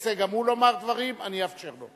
ירצה גם הוא לומר דברים אני אאפשר לו.